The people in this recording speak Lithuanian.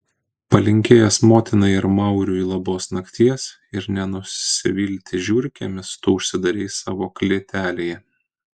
palinkėjęs motinai ir mauriui labos nakties ir nenusivilti žiurkėmis tu užsidarei savo klėtelėje